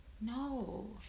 No